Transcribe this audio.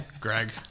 Greg